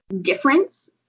difference